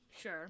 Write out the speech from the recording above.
sure